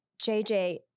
JJ